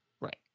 Right